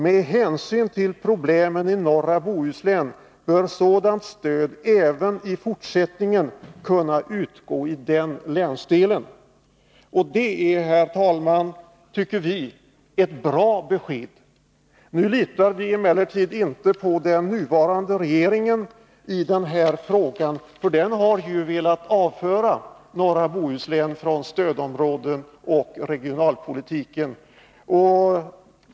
Med hänsyn till problemen i norra Bohuslän bör sådant stöd även i fortsättningen kunna utgå i den länsdelen.” Detta är, herr talman, ett bra besked enligt vår uppfattning. Nu litar vi emellertid inte på den nuvarande regeringen i denna fråga, ty den har ju velat avföra norra Bohus län från stödområden och regionalpolitiken.